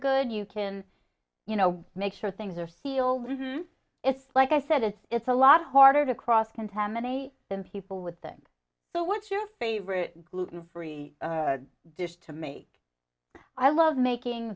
good you can you know make sure things are sealed it's like i said it's it's a lot harder to cross contaminate than people with them so what's your favorite gluten free dish to make i love making